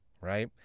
right